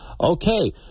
Okay